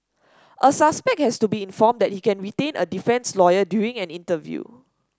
a suspect has to be informed that he can retain a defence lawyer during an interview